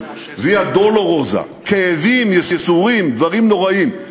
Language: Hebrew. ויה דולורוזה: כאבים, ייסורים, דברים נוראיים.